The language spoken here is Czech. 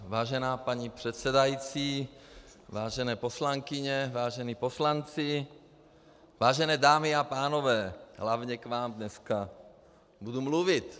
Vážená paní předsedající, vážené poslankyně, vážení poslanci, vážené dámy a pánové, hlavně k vám dneska budu mluvit.